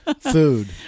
food